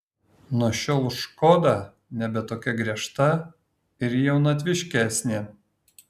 nuo šiol škoda nebe tokia griežta ir jaunatviškesnė